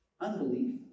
Unbelief